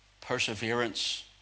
perseverance